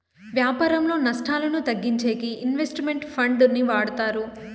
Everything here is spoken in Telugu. వ్యాపారంలో నష్టాలను తగ్గించేకి ఇన్వెస్ట్ మెంట్ ఫండ్ ని వాడతారు